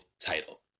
title